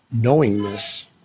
knowingness